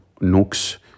nooks